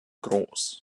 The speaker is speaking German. groß